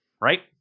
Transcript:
right